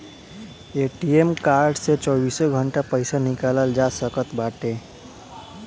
ATM card से चौबीसों घंटा पईसा निकालल जा सकत बाटे